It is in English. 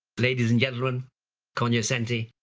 ladies and gentlemen, cognoscenti,